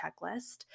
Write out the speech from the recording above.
checklist